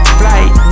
flight